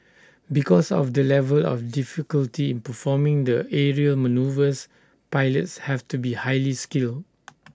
because of the level of difficulty in performing the aerial manoeuvres pilots have to be highly skilled